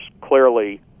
clearly